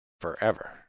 forever